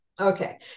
Okay